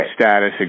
status